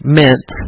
meant